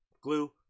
glue